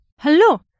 Hello